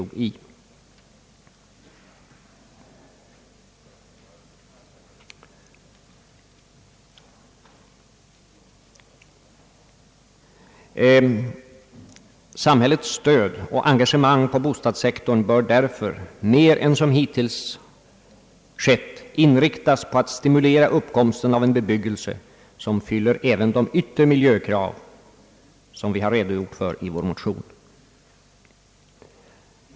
Samhällets stöd och engagemang på bostadssektorn bör därför mer än som hittills skett inriktas på att stimulera uppkomsten av en bebyggelse som fyl Anslag till bostadsbyggande m.m. ler även de yttre miljökrav som vi redogjort för i vår motion.